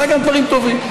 עשה גם דברים טובים.